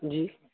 جی